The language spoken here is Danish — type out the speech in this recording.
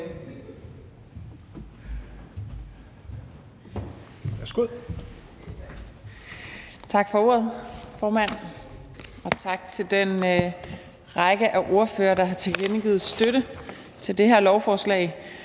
Tak for ordet, formand. Og tak til den række af ordførere, der har tilkendegivet støtte til det her lovforslag.